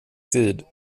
tid